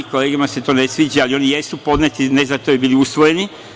Kolegama se to ne sviđa, ali oni jesu podneti, ne zato da bi bili usvojeni.